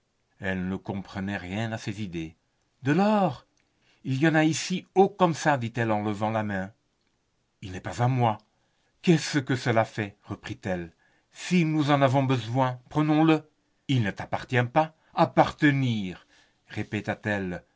elle ne comprenait rien à ces idées de l'or il y en a ici haut comme ça dit-elle en levant la main il n'est pas à moi qu'est-ce que cela fait reprit elle si nous en avons besoin prenons-le il ne t'appartient pas appartenir